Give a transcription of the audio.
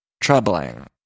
troubling